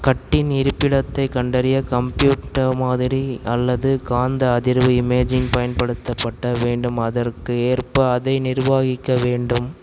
கட்டியின் இருப்பிடத்தைக் கண்டறிய கம்ப்யூட்டர் மாதிரி அல்லது காந்த அதிர்வு இமேஜிங் பயன்படுத்தப்பட வேண்டும் அதற்கேற்ப அதை நிர்வகிக்க வேண்டும்